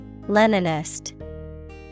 Leninist